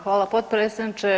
Hvala potpredsjedniče.